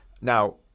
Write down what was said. Now